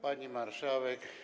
Pani Marszałek!